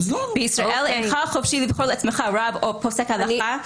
בישראל אינך חופשי לבחור לך רב או פוסק הלכה,